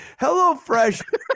HelloFresh